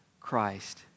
Christ